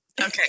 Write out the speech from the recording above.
Okay